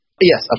Yes